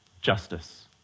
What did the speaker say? justice